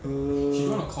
err